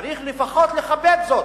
צריך לפחות לכבד זאת.